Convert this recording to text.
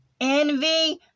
envy